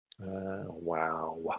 Wow